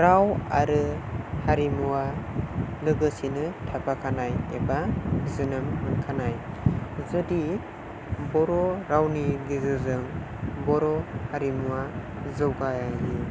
राव आरो हारिमुवा लोगोसेनो थाफाखानाय एबा जोनोम मोनफानाय जुदि बर' रावनि गेजेरजों बर' हारिमुवा जौगायो